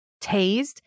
Tased